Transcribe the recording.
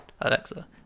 Alexa